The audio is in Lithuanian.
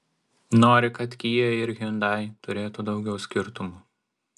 nori kad kia ir hyundai turėtų daugiau skirtumų